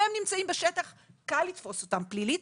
הם נמצאים בשטח קל לתפוס אותם פלילית.